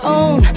own